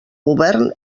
govern